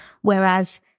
Whereas